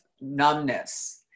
numbness